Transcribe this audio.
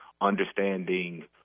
understanding